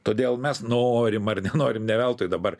todėl mes norime ar nenorim ne veltui dabar